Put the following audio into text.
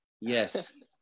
Yes